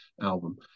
album